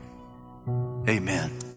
Amen